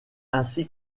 ainsi